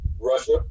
Russia